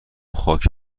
خاک